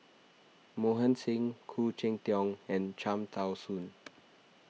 Mohan Singh Khoo Cheng Tiong and Cham Tao Soon